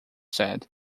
said